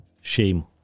Shame